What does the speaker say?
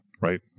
Right